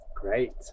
great